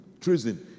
Treason